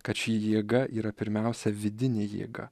kad ši jėga yra pirmiausia vidinė jėga